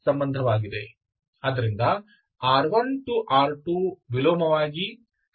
ಆದ್ದರಿಂದ R1R2 ವಿಲೋಮವಾಗಿ ಸ್ಪಷ್ಟವಾಗಿ ನಿಮಗೆ ಇರಲು ಸಾಧ್ಯವಿಲ್ಲ